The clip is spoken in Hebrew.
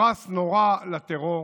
פרס נורא לטרור,